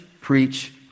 Preach